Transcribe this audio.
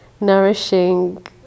nourishing